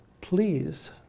please